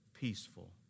peaceful